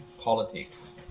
politics